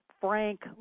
Frank